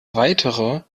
weitere